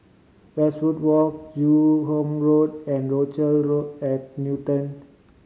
Westwood Walk Joo Hong Road and Rochelle at Newton